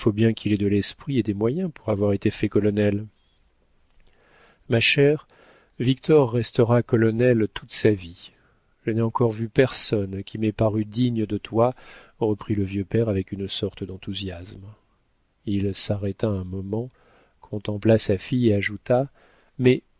qu'il ait de l'esprit et des moyens pour avoir été fait colonel ma chère victor restera colonel toute sa vie je n'ai encore vu personne qui m'ait paru digne de toi reprit le vieux père avec une sorte d'enthousiasme il s'arrêta un moment contempla sa fille et ajouta mais